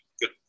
good